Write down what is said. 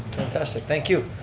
fantastic, thank you.